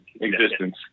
existence